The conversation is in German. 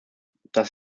das